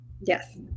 yes